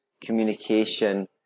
communication